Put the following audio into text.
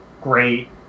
great